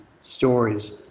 stories